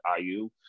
IU